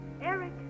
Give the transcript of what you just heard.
Eric